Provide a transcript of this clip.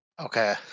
Okay